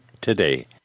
today